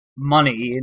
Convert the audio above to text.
money